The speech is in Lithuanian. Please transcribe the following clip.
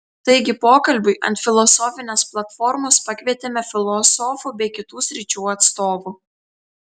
taigi pokalbiui ant filosofinės platformos pakvietėme filosofų bei kitų sričių atstovų